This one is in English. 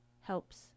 helps